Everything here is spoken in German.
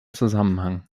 zusammenhang